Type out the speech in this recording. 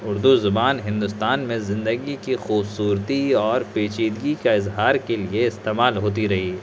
اردو زبان ہندوستان میں زندگی کی خوبصورتی اور پیچیدگی کا اظہار کے لیے استعمال ہوتی رہی